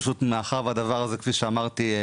כפי שאמרתי, מאחר והדבר הזה נתקע,